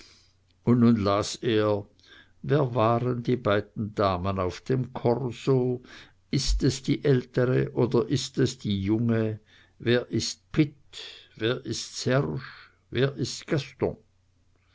und nun las er wer waren die beiden damen auf dem korso ist es die ältere oder ist es die junge wer ist pitt wer ist serge wer ist gaston